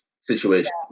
situation